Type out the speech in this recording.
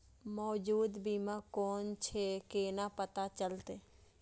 मौजूद बीमा कोन छे केना पता चलते?